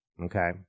okay